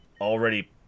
already